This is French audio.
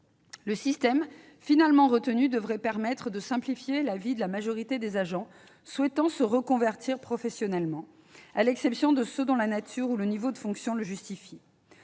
Le système finalement retenu devrait permettre de simplifier la vie de la majorité des agents souhaitant se reconvertir professionnellement, à l'exception de « ceux dont la nature ou le niveau de fonction le justifient